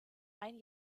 ein